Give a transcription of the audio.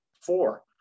Four